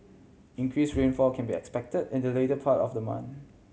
increase rainfall can be expect in the later part of the month